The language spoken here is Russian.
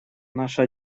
наша